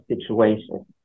situations